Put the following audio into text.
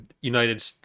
United